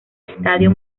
estadio